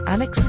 Alex